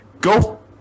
Go